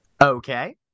Okay